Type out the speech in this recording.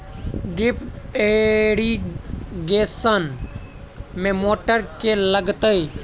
Drip irrigation मे motor केँ लागतै?